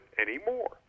anymore